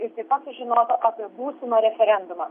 ir taip pat sužinotų apie būsimą referendumą